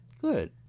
Good